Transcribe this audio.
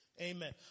Amen